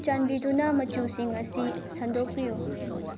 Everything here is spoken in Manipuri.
ꯆꯥꯟꯕꯤꯗꯨꯅ ꯃꯆꯨꯁꯤꯡ ꯑꯁꯤ ꯁꯟꯗꯣꯛꯄꯤꯌꯨ